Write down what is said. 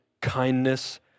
kindness